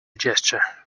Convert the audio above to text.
gesture